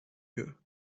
you